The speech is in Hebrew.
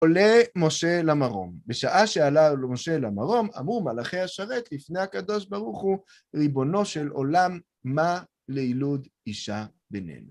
עולה משה למרום. בשעה שעלה לו משה למרום, אמרו מלאכי השרת לפני הקדוש ברוך הוא, ריבונו של עולם, מה ליילוד אישה בנינו.